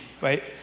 right